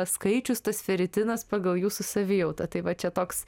skaičius tas feritinas pagal jūsų savijautą tai va čia toks